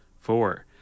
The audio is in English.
Four